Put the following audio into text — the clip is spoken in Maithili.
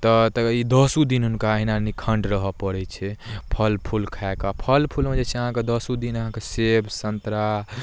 तऽ ई दसो दिन हुनका अहिना निखण्ड रहय पड़ै छै फल फूल खाए कऽ फल फूलमे जे छै अहाँके दसो दिन अहाँके सेब संतरा